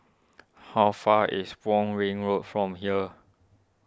how far is Wong Ring Road from here